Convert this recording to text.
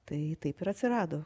tai taip ir atsirado